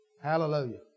Hallelujah